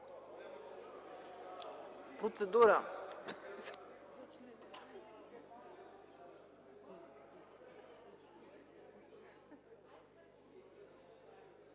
процедура.